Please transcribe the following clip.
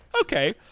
Okay